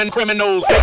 Criminals